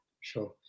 Sure